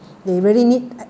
they really need